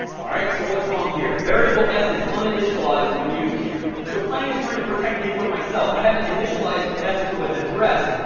all right. so what's wrong here? variable s is uninitialized when used here. so clang is trying to protect me from myself. i haven't initialized s to an address.